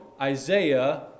Isaiah